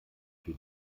für